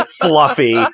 fluffy